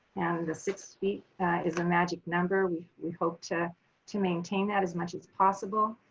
the six feet is a magic number. we we hope to to maintain that as much as possible.